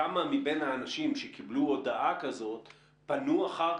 כמה מבין האנשים שקיבלו הודעה כזאת פנו אחר